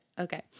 Okay